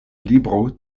libro